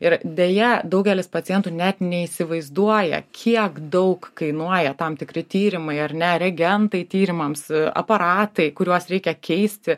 ir deja daugelis pacientų net neįsivaizduoja kiek daug kainuoja tam tikri tyrimai ar ne reagentai tyrimams aparatai kuriuos reikia keisti